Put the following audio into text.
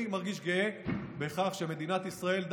אני מרגיש גאה בכך שמדינת ישראל,